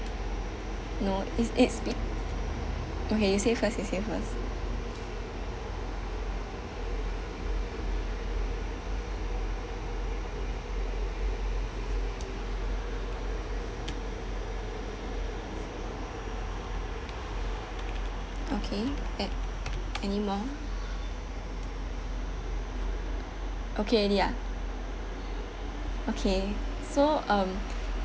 no is it's okay you say first you say first okay at~ anymore okay already ah okay so um